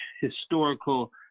historical